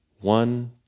One